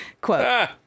quote